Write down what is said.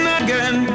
again